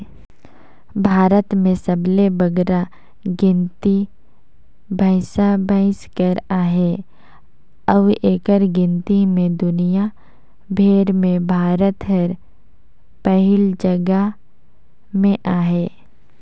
भारत में सबले बगरा गिनती भंइसा भंइस कर अहे अउ एकर गिनती में दुनियां भेर में भारत हर पहिल जगहा में अहे